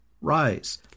rise